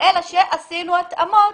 אלא שעשינו התאמות.